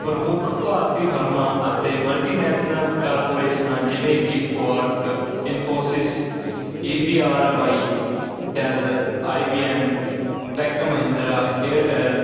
ਪ੍ਰਮੁੱਖ ਭਾਰਤੀ ਫਰਮਾਂ ਅਤੇ ਮਲਟੀ ਨੈਸ਼ਨਲ ਕਾਰਪੋਰੇਸ਼ਨਾਂ ਜਿਵੇਂ ਕਿ Quark Infosys E V R Y Dell I B M Tech Mahindra Airtel